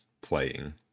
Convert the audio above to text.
playing